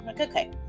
Okay